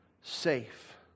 safe